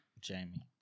Jamie